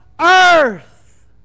earth